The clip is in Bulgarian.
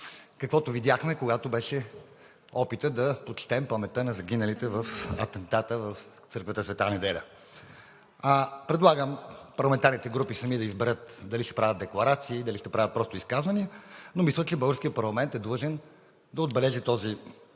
каквото видяхме, когато беше опитът да почетем паметта на загиналите в атентата в църквата „Света Неделя“. Предлагам парламентарните групи сами да изберат дали ще правят декларации, дали ще правят просто изказвания, но мисля, че българският парламент е длъжен да отбележи този ден,